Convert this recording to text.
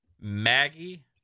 Maggie